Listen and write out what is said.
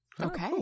okay